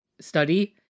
study